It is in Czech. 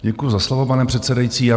Děkuji za slovo, pane předsedající.